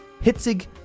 Hitzig